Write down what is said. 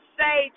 say